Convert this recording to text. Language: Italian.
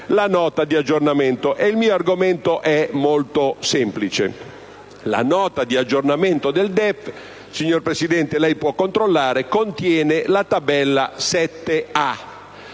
la Nota di aggiornamento del DEF - signor Presidente, lei può controllare - contiene la tavola 7a.